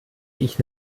ich